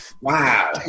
Wow